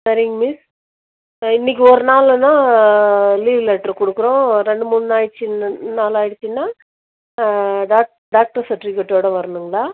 சரிங்க மிஸ் இன்றைக்கு ஒரு நாள்னா லீவு லெட்டர் கொடுக்கணும் ரெண்டு மூணு நாள் ஆகிடுச்சின்னா நாள் ஆகிடுச்சின்னா டாக் டாக்டர் சர்ட்டிஃபிக்கேட்டோடு வரணுங்களா